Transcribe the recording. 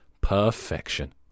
perfection